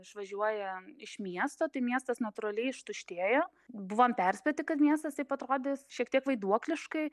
išvažiuoja iš miesto tai miestas natūraliai ištuštėjo buvom perspėti kad miestas taip atrodys šiek tiek vaiduokliškai